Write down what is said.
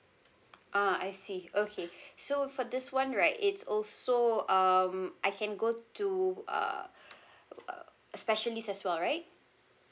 ah I see okay so for this one right it's also um I can go to uh uh specialist as well right